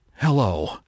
Hello